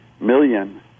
million